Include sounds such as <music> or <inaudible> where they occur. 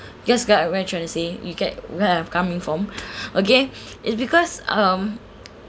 just get what I'm trying to say you get where I am coming from <breath> okay is because um